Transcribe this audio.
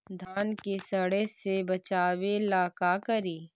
धान के सड़े से बचाबे ला का करि?